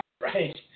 right